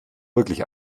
wirklich